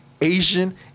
Asian